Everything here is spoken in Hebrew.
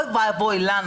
אוי ואבוי לנו,